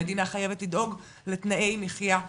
המדינה חייבת לדאוג לתנאיי מחייה נאותים.